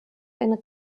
ein